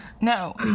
No